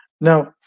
Now